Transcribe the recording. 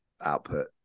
output